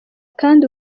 kandi